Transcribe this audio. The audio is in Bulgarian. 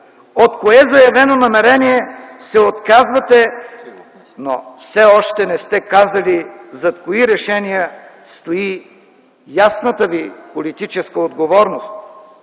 от кое заявено намерение се отказвате, но все още не сте казали зад кои решения стои ясната ви политическа отговорност.